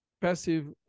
passive